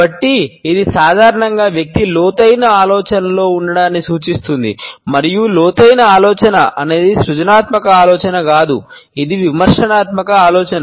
కాబట్టి ఇది సాధారణంగా వ్యక్తి లోతైన ఆలోచనలో ఉండడాన్ని సూచిస్తుంది మరియు లోతైన ఆలోచన అనేది సృజనాత్మక ఆలోచన కాదు ఇది విమర్శనాత్మక ఆలోచన